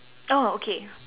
oh okay